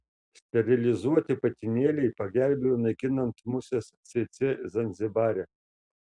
sterilizuoti patinėliai pagelbėjo naikinant muses cėcė zanzibare